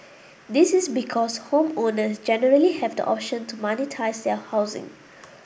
this is because homeowners generally have the option to monetise their housing